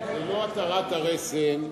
זה לא התרת הרסן.